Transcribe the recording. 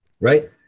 right